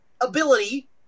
ability